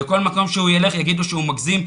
לכל מקום שהוא ילך יגידו שהוא מגזים,